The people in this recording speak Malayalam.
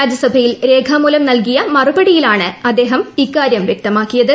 രാജ്യസഭയിൽ രേഖാമൂലം നൽകിയ മറുപടിയിലാണ് ഇക്കാര്യം വ്യക്തമാക്കിയത്